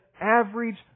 average